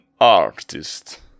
artist